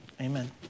Amen